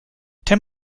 ten